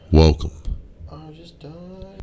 Welcome